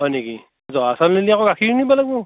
হয় নেকি জহা চাউল নিলে আকৌ গাখীৰ নিবা লাগবো